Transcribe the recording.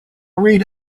read